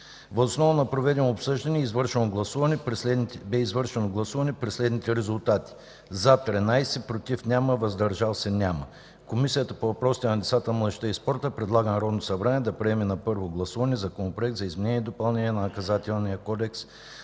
Въз основа на проведеното обсъждане бе извършено гласуване при следните резултати: „за” – 13, без „против” и „въздържали се”, Комисията по въпросите на децата, младежта и спорта предлага на Народното събрание да приеме на първо гласуване Законопроект за изменение и допълнение на Наказателния кодекс